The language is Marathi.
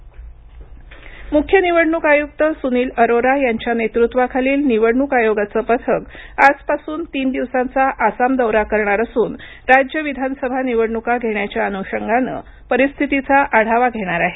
निवडणूक पथक मुख्य निवडणूक आयुक्त सुनील अरोरा यांच्या नेतृत्वाखालीनिवडणूक आयोगाचं पथक आजपासून तीन दिवसांचा आसाम दौरा करणार असून राज्य विधानसभानिवडणुका घेण्याच्या अनुषंगानं परिस्थितीचा आढावा घेणार आहेत